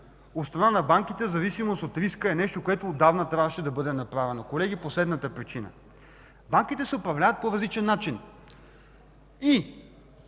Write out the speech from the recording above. от страна на банките в зависимост от риска, е нещо, което отдавна трябваше да бъде направено, колеги, по следната причина. Банките се управляват по различен начин.